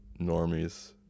normies